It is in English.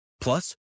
Plus